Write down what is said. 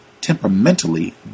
temperamentally